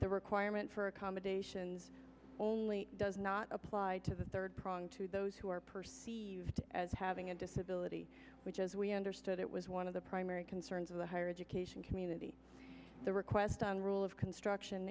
the requirement for accommodation only does not apply to the third prong to those who are used as having a disability which as we understood it was one of the primary concerns of the higher education community the request on rule of construction